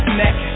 neck